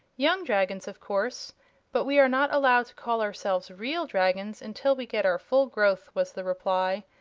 young dragons, of course but we are not allowed to call ourselves real dragons until we get our full growth, was the reply.